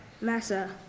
Massa